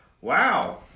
wow